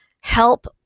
help